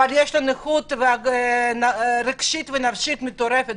אבל יש לו נכות רגשית ונפשית מטורפת.